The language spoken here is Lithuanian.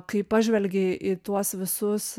kai pažvelgi į tuos visus